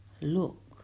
look